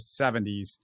70s